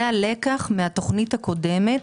זה הלקח מהתוכנית הקודמת.